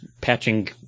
patching